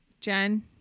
Jen